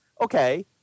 Okay